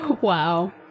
Wow